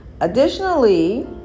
Additionally